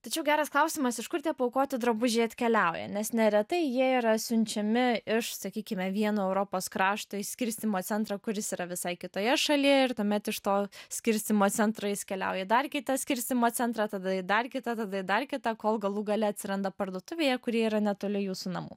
tačiau geras klausimas iš kur tie paaukoti drabužiai atkeliauja nes neretai jie yra siunčiami iš sakykime vieno europos krašto į skirstymo centrą kuris yra visai kitoje šalyje ir tuomet iš to skirstymo centrais keliauja į dar kitą skirstymo centrą tada į dar kitą tada į dar kitą kol galų gale atsiranda parduotuvėje kuri yra netoli jūsų namų